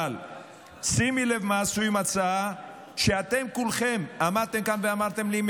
אבל שימי לב מה עשו עם הצעה שאתם כולכם עמדתם כאן ואמרתם לי: